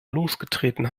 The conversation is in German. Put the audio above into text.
losgetreten